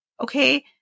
okay